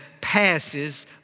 passes